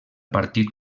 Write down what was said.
partit